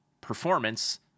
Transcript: performance